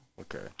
Okay